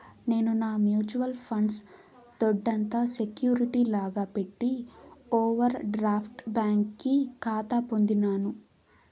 నేను నా mutual funds దొడ్డంత సెక్యూరిటీ లాగా పెట్టి ఓవర్ డ్రాఫ్ట్ బ్యాంకి కాతా పొందినాను